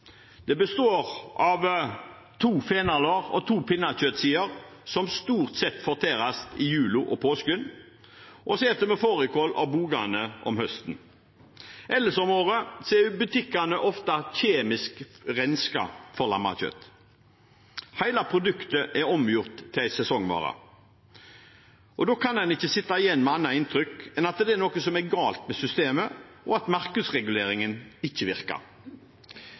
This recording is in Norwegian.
Det består av to fenalår og to pinnekjøttsider som stort sett fortæres i julen og i påsken, og så spiser vi fårikål av bogene om høsten. Ellers om året er butikkene ofte kjemisk renset for lammekjøtt. Hele produktet er omgjort til en sesongvare. Da kan en ikke sitte igjen med noe annet inntrykk enn at det er noe som er galt med systemet, og at markedsreguleringen ikke virker.